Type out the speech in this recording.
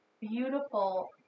beautiful